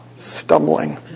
Stumbling